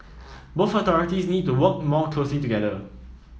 both authorities need to work more closely together